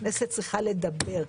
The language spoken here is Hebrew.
הכנסת צריכה לדבר.